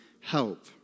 help